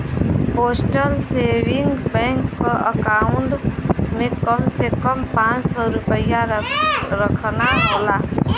postal saving bank क account में कम से कम पांच सौ रूपया रखना होला